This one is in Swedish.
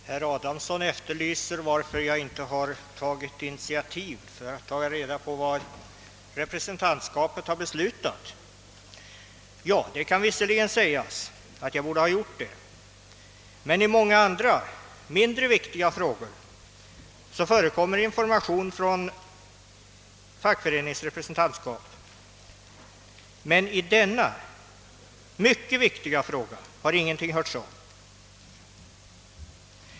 Herr talman! Herr Adamsson frågar varför jag inte tagit något initiativ för att ta reda på vad representantskapet har beslutat. Ja, det kan visserligen sägas att jag borde ha gjort det, men i många andra mindre viktiga frågor förekommer information från fackföreningens representantskap. Men i denna viktiga fråga har ingenting hörts av.